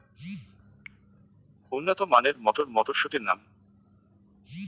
উন্নত মানের মটর মটরশুটির নাম?